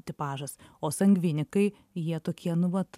tipažas o sangvinikai jie tokie nu vat